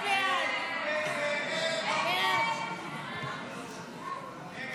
ההסתייגויות לסעיף 51 בדבר